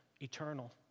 eternal